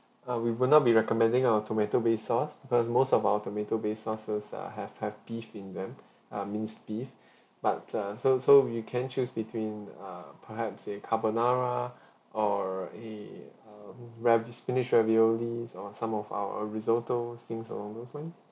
uh we would not be recommending our tomato-based sauce because most of our tomato-based sauces uh have have beef in them uh minced beef but uh so so you can choose between uh perhaps a carbonara or a ravi~ spinach raviolis or some of our uh risotto things along those lines